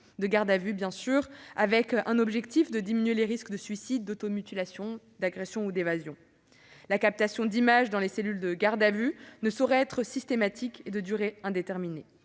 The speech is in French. de garde à vue, avec pour objectif de diminuer les risques de suicide, d'automutilation, d'agression ou d'évasion. Toutefois, la captation d'images dans les cellules de garde à vue ne saurait être systématique et de durée indéterminée.